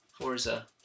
forza